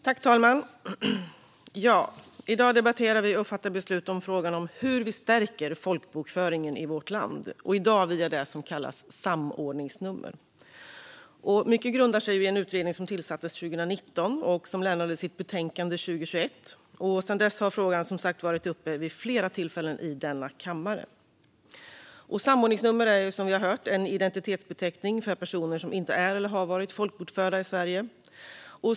Herr talman! I dag debatterar vi och fattar beslut i frågan om hur vi stärker folkbokföringen i vårt land via det som kallas samordningsnummer. Mycket grundar sig i en utredning som tillsattes 2019 och som lämnade sitt betänkande 2021. Sedan dess har frågan varit uppe vid flera tillfällen i denna kammare. Samordningsnummer är, som vi har hört, en identitetsbeteckning för personer som inte är eller har varit folkbokförda i Sverige.